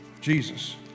Jesus